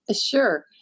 Sure